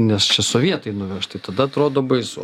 nes čia sovietai nuveš tai tada atrodo baisu